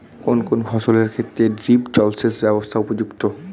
কোন কোন ফসলের ক্ষেত্রে ড্রিপ জলসেচ ব্যবস্থা উপযুক্ত?